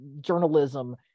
journalism